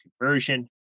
conversion